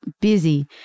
busy